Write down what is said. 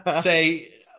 say